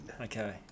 Okay